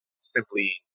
simply